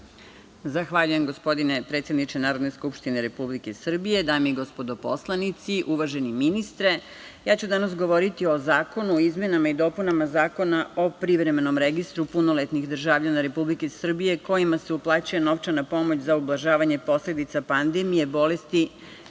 Zahvaljujem, gospodine predsedniče Narodne skupštine Republike Srbije. Dame i gospodo poslanici, uvaženi ministre, ja ću danas govoriti o Zakonu o izmenama i dopunama Zakona o privremenom registru punoletnih državljana Republike Srbije kojima se uplaćuje novčana pomoć za ublažavanje posledica pandemije bolesti